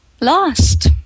Lost